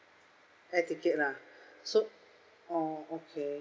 air ticket lah so oh okay